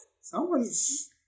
Someone's